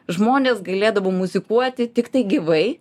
žmonės galėdavo muzikuoti tiktai gyvai